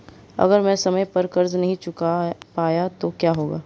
अगर मैं समय पर कर्ज़ नहीं चुका पाया तो क्या होगा?